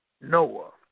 Noah